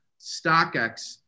StockX